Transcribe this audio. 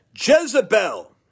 Jezebel